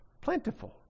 plentiful